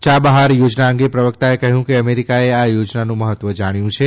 યાબહાર થોજના અંગે પ્રવક્તાએ કહ્યું કે અમેરીકાએ આ યોજનાનું મહત્વ જાણ્યું છે